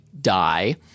die